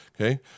okay